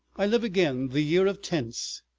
i live again the year of tents,